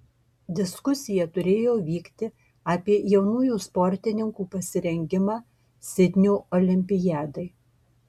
diskusija turėjo vykti apie jaunųjų sportininkų pasirengimą sidnio olimpiadai